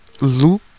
Luke